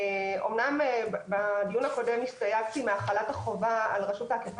אומנם בדיון הקודם הסתייגתי מהחלת החובה על רשות האכיפה